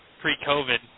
pre-COVID